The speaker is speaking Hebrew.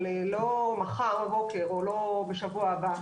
אבל לא מחר בבוקר או לא בשבוע הבא.